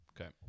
Okay